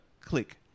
click